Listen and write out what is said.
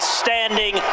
standing